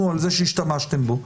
נו' על זה שהשתמשתם בו.